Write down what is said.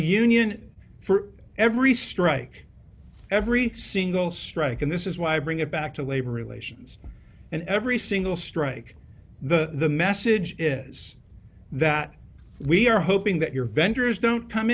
union for every strike every single strike and this is why bring it back to labor relations and every single strike the message is that we are hoping that your vendors don't come